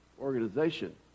organization